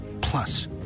plus